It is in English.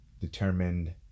determined